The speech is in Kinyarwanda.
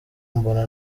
mbona